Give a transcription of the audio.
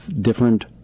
different